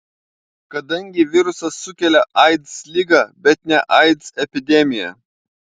kadangi virusas sukelia aids ligą bet ne aids epidemiją